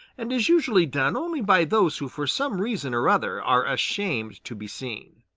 and is usually done only by those who for some reason or other are ashamed to be seen.